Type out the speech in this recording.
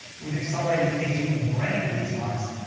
we've accelerated aging in the brain of these mice,